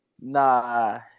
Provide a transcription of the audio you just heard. Nah